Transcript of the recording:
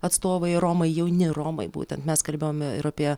atstovai romai jauni romai būtent mes kalbėjom ir apie